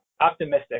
optimistic